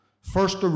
First